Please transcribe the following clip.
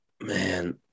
Man